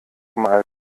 mal